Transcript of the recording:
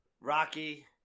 Rocky